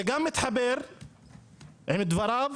זה גם מתחבר עם דבריו